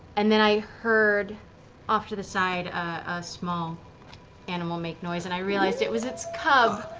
and then i heard off to the side, a small animal make noise, and i realized it was its cub.